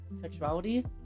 sexuality